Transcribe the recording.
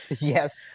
yes